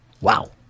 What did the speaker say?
Wow